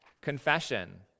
Confession